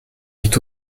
dit